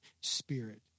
spirit